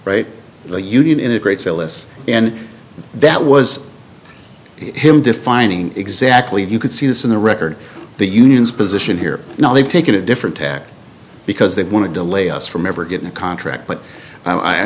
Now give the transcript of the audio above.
right the union integrates ellis and that was him defining exactly if you could see this in the record the union's position here now they've taken a different tack because they want to delay us from ever getting a contract but i